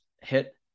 hit